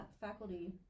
faculty